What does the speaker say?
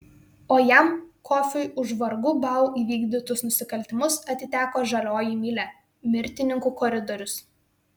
o jam kofiui už vargu bau įvykdytus nusikaltimus atiteko žalioji mylia mirtininkų koridorius